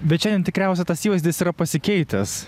bet šiandien tikriausia tas įvaizdis yra pasikeitęs